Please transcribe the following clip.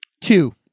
Two